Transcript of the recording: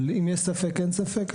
אבל אם יש ספק אין ספק.